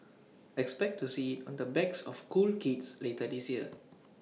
expect to see IT on the backs of cool kids later this year